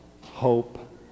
hope